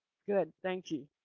good. thank you.